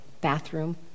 bathroom